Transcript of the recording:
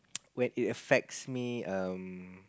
well it affects me um